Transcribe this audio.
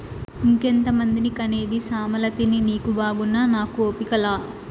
ఇంకెంతమందిని కనేది సామలతిని నీకు బాగున్నా నాకు ఓపిక లా